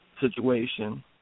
situation